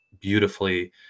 beautifully